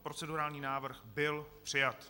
Procedurální návrh byl přijat.